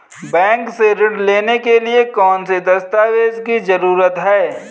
Bank से ऋण लेने के लिए कौन से दस्तावेज की जरूरत है?